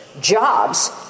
jobs